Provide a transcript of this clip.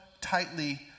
tightly